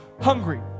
hungry